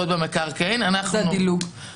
מה הפתרון שלכם?